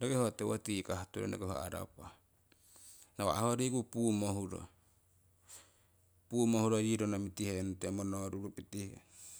roki ho tiwo tikah turong roki ho arapah. Nawa' ho riku puumo huro puumo huro yii rono mutihenute monorupitihe